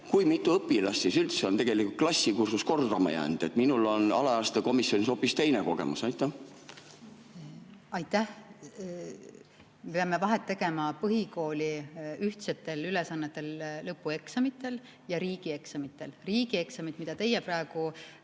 Kui mitu õpilast siis üldse on klassikursust kordama jäänud? Minul on alaealiste komisjonist hoopis teine kogemus. Aitäh! Me peame vahet tegema põhikooli ühtsetel ülesannetel, lõpueksamitel ja riigieksamitel. Riigieksamid, mida teie praegu